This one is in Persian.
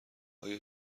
آیا